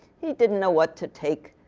he didn't know what to take.